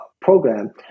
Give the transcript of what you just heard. program